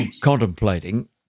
contemplating